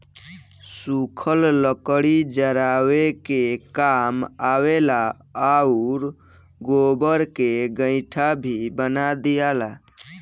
सुखल लकड़ी जरावे के काम आवेला आउर गोबर के गइठा भी बना दियाला